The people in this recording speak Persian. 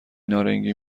نارنگی